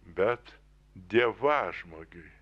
bet dievažmogiui